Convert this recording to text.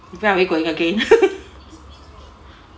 when are we going again